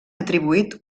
atribuït